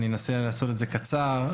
אני אנסה לעשות את זה קצר.